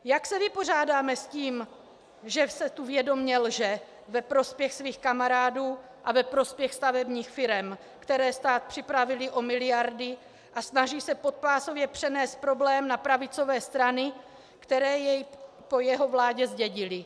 Jak se vypořádáme s tím, že se tu vědomě lže ve prospěch svých kamarádů a ve prospěch stavebních firem, které stát připravily o miliardy a snaží se podpásově přenést problém na pravicové strany, které jej po jeho vládě zdědily?